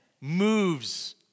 moves